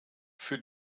für